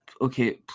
okay